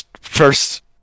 first